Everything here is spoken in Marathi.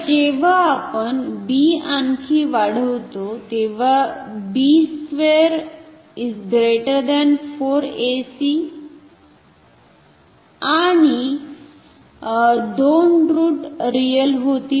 तर जेव्हा आपण b आणखी वाढवितो तेव्हा आणि आणि दोन रुट रियल होतील